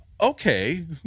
okay